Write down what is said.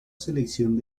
selección